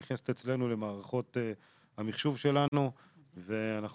נכנסת אצלנו למערכות המחשוב שלנו ואנחנו